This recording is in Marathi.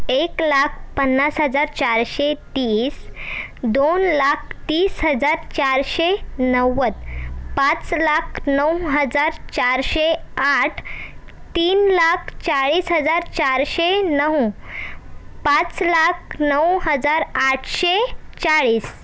एक लाख पन्नास हजार चारशे तीस दोन लाख तीस हजार चारशे नव्वद पाच लाख नऊ हजार चारशे आठ तीन लाख चाळीस हजार चारशे नऊ पाच लाख नऊ हजार आठशे चाळीस